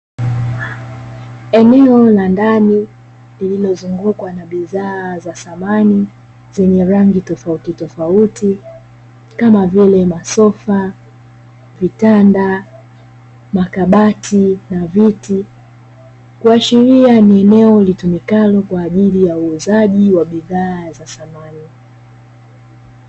Eneo la ndani lililozungukwa na bidhaa za samani zenye rangi tofautitofauti kama vile: masofa, vitanda, makabati na viti kuashiria ni eneo litumikalo kwa ajili ya uuzaji wa bidhaa za samani.